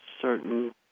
certain